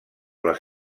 les